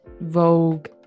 Vogue